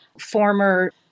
former